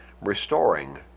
restoring